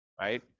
right